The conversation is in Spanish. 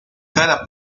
cada